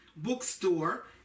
bookstore